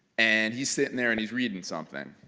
and he's sitting there and he's reading something.